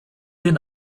den